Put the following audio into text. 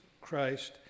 Christ